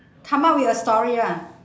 come up with a story lah